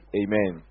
amen